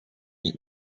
niet